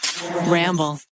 Ramble